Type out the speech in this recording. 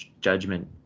judgment